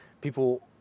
people